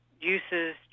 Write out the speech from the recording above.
uses